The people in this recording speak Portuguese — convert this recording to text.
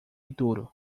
duro